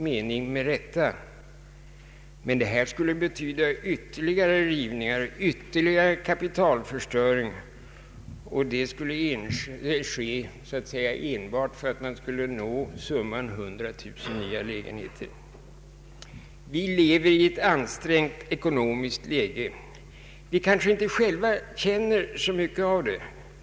Men detta skulle betyda ytterligare rivningar och ytterligare kapitalförstöring, och det skulle ske så att säga enbart för att man skulle nå målet: 100 000 nya lägenheter. Vi lever i ett ansträngt ekonomiskt läge. Vi känner kanske inte så mycket av det.